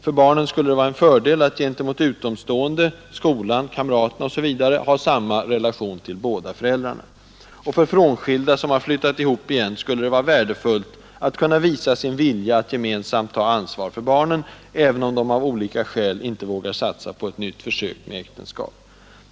För barnen skulle det vara en fördel att inför utomstående — skolan, kamraterna osv. — ha samma relation till båda föräldrarna. För frånskilda som flyttat ihop igen skulle det vara värdefullt att kunna visa sin vilja att gemensamt ta ansvar för barnen, även om de av olika skäl inte vågar satsa på ett nytt försök med äktenskap.